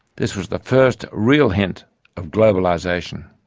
this was the first real hint of globalisation.